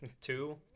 Two